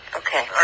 okay